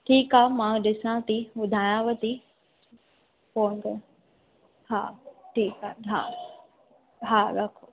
ठीकु आहे मां ॾिसां थी ॿुधायांव थी फ़ोन करे हा ठीकु आहे हा हा रखो